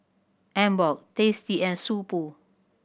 Emborg Tasty and So Pho